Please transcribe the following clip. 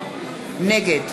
נגד